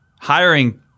hiring